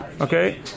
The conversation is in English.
Okay